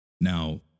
Now